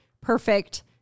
perfect